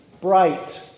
bright